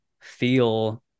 feel